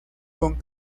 con